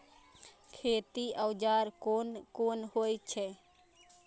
खेती औजार कोन कोन होई छै?